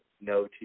no